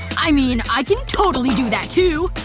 i mean, i can totally do that too!